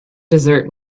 desert